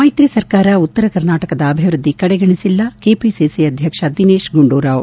ಮೈತ್ರಿ ಸರ್ಕಾರ ಉತ್ತರ ಕರ್ನಾಟಕದ ಅಭಿವೃದ್ಧಿ ಕಡೆಗಣಿಸಿಲ್ಲ ಕೆಪಿಸಿ ಅಧ್ಯಕ್ಷ ದಿನೇಶ್ ಗುಂಡೂರಾವ್